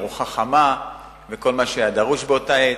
ארוחה חמה וכל מה שהיה דרוש באותה עת.